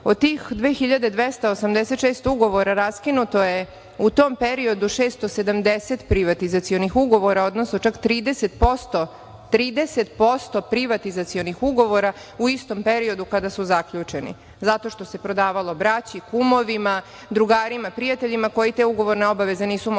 Od tih 2.286 ugovora, raskinuto je u tom periodu 670 privatizacionih ugovora, odnosno čak 30% privatizacionih ugovora u istom periodu kada su zaključeni zato što se prodavalo braći, kumovima, drugarima, prijateljima koji te ugovorne obaveze nisu mogli